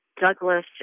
Douglas